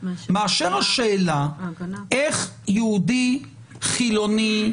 מאשר השאלה איך יהודי חילוני,